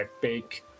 big